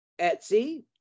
Etsy